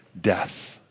death